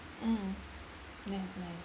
mm nice nice